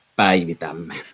päivitämme